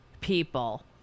people